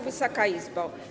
Wysoka Izbo!